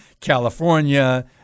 California